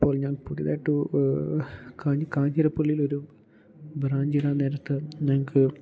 അപ്പോൾ ഞാൻ പുതുതായിട്ട് കാഞ്ഞിരപ്പള്ളിയിലൊരു ബ്രാഞ്ചിടാന് നേരത്ത് ഞങ്ങള്ക്ക്